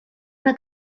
una